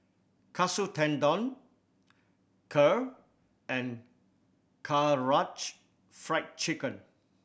Katsu Tendon Kheer and Karaage Fried Chicken